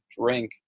drink